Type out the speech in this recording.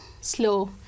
slow